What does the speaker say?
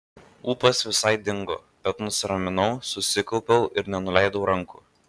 ūpas visai dingo bet nusiraminau susikaupiau ir nenuleidau rankų